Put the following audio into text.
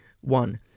one